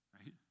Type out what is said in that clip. right